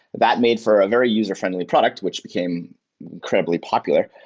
that made for a very user-friendly product, which became incredibly popular.